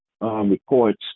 reports